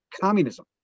communism